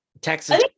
Texas